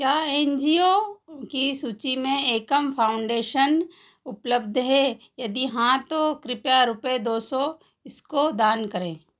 क्या N G O की सूची में एकम फाउंडेशन उपलब्ध है यदि हाँ तो कृपया रुपये दो सौ इसको दान करें